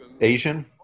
Asian